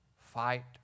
fight